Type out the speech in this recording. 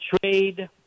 trade